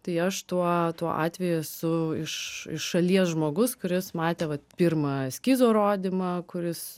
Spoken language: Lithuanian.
tai aš tuo tuo atveju esu iš šalies žmogus kuris matė vat pirmą eskizo rodymą kuris